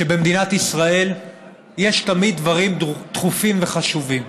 שבמדינת ישראל יש תמיד דברים דחופים וחשובים,